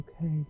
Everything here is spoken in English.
okay